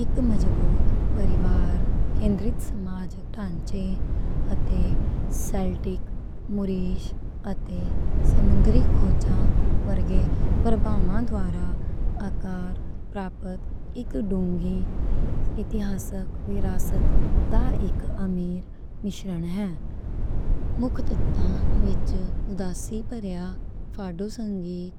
اک مضبوط پریوار-کینڈرِت سماج ٹانچے اتے سیلٹک، مورِش اتے سمندری کھوجاں ورگے پربالن دوارہ اکار پرابت اک گہری اتہاسک وراثت دا اک امیر مِشرن ہے۔ مکھ تتواں وِچ میڈیٹرینیئن پریرنا، فادو سنگیت،